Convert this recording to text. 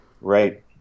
Right